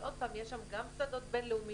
שוב, יש שם גם שדות בין-לאומיים